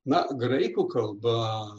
na graikų kalba